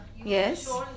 Yes